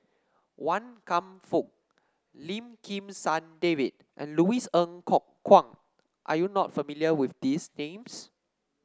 Wan Kam Fook Lim Kim San David and Louis Ng Kok Kwang are you not familiar with these names